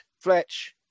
Fletch